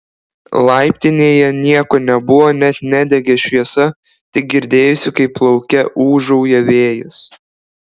laiptinėje nieko nebuvo net nedegė šviesa tik girdėjosi kaip lauke ūžauja vėjas